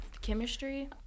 chemistry